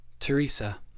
Teresa